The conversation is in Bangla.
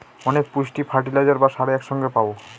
অনেক পুষ্টি ফার্টিলাইজার বা সারে এক সঙ্গে পাবো